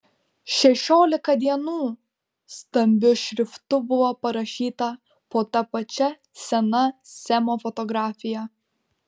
šešiolika dienų stambiu šriftu buvo parašyta po ta pačia sena semo fotografija